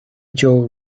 joe